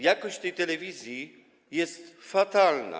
Jakość tej telewizji jest fatalna.